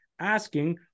asking